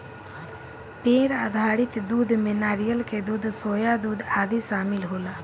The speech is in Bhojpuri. पेड़ आधारित दूध में नारियल के दूध, सोया दूध आदि शामिल होला